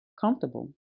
comfortable